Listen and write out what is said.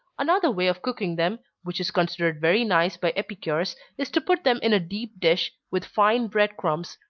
another way of cooking them, which is considered very nice by epicures, is to put them in a deep dish, with fine bread crumbs,